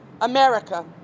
America